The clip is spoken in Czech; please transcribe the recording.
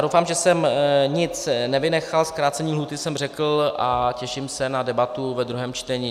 Doufám, že jsem nic nevynechal, zkrácení lhůty jsem řekl a těším se na debatu ve druhém čtení.